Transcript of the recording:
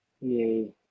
Yay